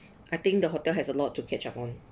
I think the hotel has a lot to catch up on